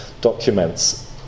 documents